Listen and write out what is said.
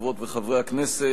חברות וחברי הכנסת,